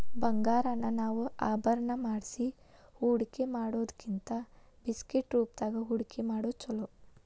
ಬಂಗಾರಾನ ನಾವ ಆಭರಣಾ ಮಾಡ್ಸಿ ಹೂಡ್ಕಿಮಾಡಿಡೊದಕ್ಕಿಂತಾ ಬಿಸ್ಕಿಟ್ ರೂಪ್ದಾಗ್ ಹೂಡ್ಕಿಮಾಡೊದ್ ಛೊಲೊ